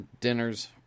dinner's